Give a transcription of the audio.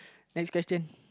next question